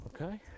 okay